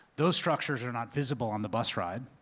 those structures are not visible on the bus ride,